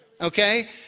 Okay